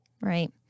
Right